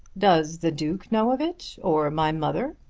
does the duke know of it or my mother?